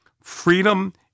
freedom